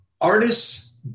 Artists